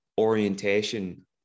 orientation